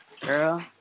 girl